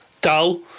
dull